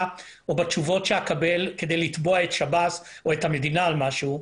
או בתשובות שאקבל כדי לתבוע את שב"ס או את המדינה על משהו,